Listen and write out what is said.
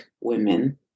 women